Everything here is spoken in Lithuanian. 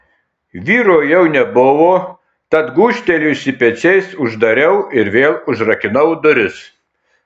vyro jau nebuvo tad gūžtelėjusi pečiais uždariau ir vėl užrakinau duris